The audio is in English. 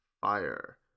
fire